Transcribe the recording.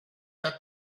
that